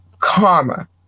Karma